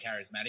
charismatic